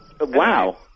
Wow